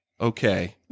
okay